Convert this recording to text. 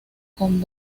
con